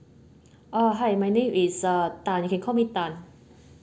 uh hi my name is uh tan you can call me tan